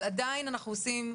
אבל עדיין אנחנו עושים,